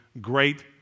great